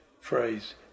phrase